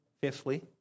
fifthly